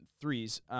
threes